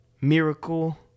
Miracle